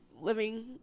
living